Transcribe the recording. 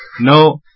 No